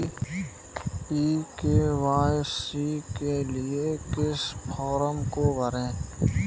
ई KYC के लिए किस फ्रॉम को भरें?